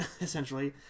essentially